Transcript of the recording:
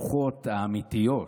בשוחות האמיתיות.